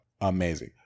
Amazing